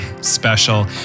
special